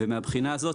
ומהבחינה הזאת,